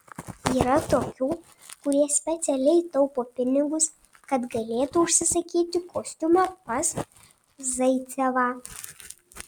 yra tokių kurie specialiai taupo pinigus kad galėtų užsisakyti kostiumą pas zaicevą